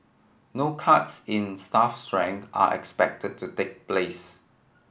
no cuts in staff strength are expected to take place